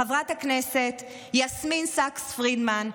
חברת הכנסת יסמין סאקס פרידמן,